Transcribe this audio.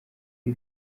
ibi